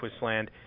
Twistland